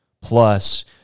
Plus